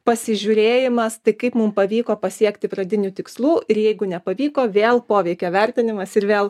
pasižiūrėjimas tai kaip mum pavyko pasiekti pradinių tikslų ir jeigu nepavyko vėl poveikio vertinimas ir vėl